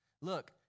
look